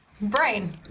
brain